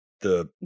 the-